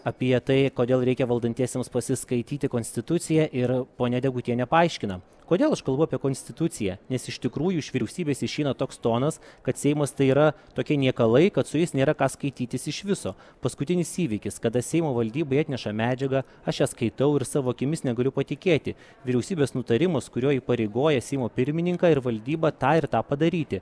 apie tai kodėl reikia valdantiesiems pasiskaityti konstituciją ir ponia degutienė paaiškina kodėl aš kalbu apie konstituciją nes iš tikrųjų iš vyriausybės išeina toks tonas kad seimas tai yra tokie niekalai kad su jais nėra ką skaitytis iš viso paskutinis įvykis kada seimo valdybai atneša medžiagą aš ją skaitau ir savo akimis negaliu patikėti vyriausybės nutarimas kuriuo įpareigoja seimo pirmininką ir valdybą tą ir tą padaryti